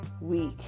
week